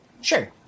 Sure